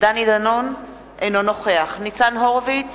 אינו נוכח ניצן הורוביץ,